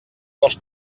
les